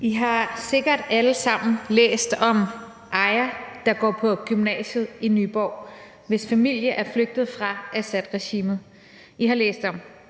I har sikkert alle sammen læst om Aya, der går på gymnasiet i Nyborg, og hvis familie er flygtet fra Assadregimet. I har læst om